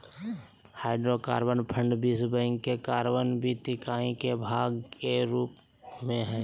hydrocarbon fund विश्व bank के carbon वित्त इकाई के भाग के रूप में हइ